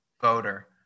voter